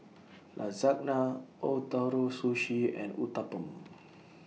Lasagna Ootoro Sushi and Uthapam